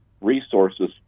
resources